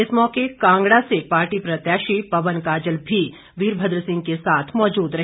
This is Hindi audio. इस मौके कांगड़ा से पार्टी प्रत्याशी पवन काजल भी वीरभद्र सिंह के साथ मौजूद रहे